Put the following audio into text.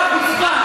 אתה חוצפן.